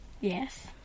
Yes